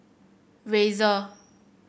Razer